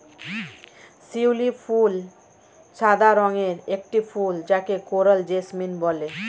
শিউলি ফুল সাদা রঙের একটি ফুল যাকে কোরাল জেসমিন বলে